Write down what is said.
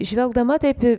žvelgdama taip